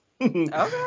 okay